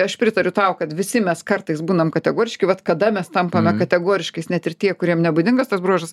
aš pritariu tau kad visi mes kartais būnam kategoriški vat kada mes tampame kategoriškais net ir tie kuriem nebūdingas tas bruožas